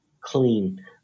clean